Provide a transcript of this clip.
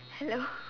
hello